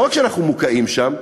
לא רק שאנחנו מוקעים שם,